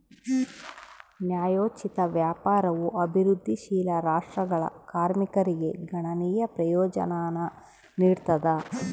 ನ್ಯಾಯೋಚಿತ ವ್ಯಾಪಾರವು ಅಭಿವೃದ್ಧಿಶೀಲ ರಾಷ್ಟ್ರಗಳ ಕಾರ್ಮಿಕರಿಗೆ ಗಣನೀಯ ಪ್ರಯೋಜನಾನ ನೀಡ್ತದ